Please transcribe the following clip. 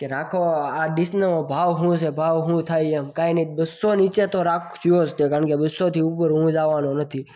કે રાખો આ ડીશનો ભાવ હું છે ભાવ હું થાય છે કાંઈ નઈ તો બસ્સો નીચે તો રાખજો જ કારણકે બસ્સોથી ઉપર હું જવાનો નથી